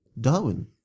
Darwin